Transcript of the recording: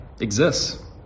exists